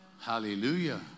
Hallelujah